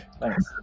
Thanks